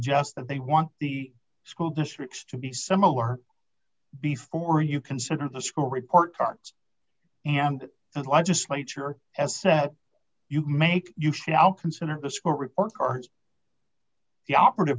suggests that they want the school districts to be similar before you consider the school report cards and the legislature has said you make you shall consider the school report cards the operative